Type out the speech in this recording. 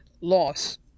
loss